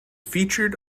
featured